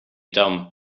dumb